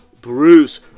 Bruce